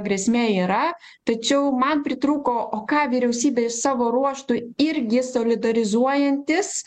grėsmė yra tačiau man pritrūko o ką vyriausybė savo ruožtu irgi solidarizuojantis